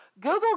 Google